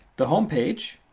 the homepage.